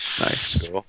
Nice